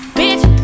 bitch